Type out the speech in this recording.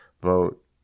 vote